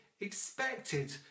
expected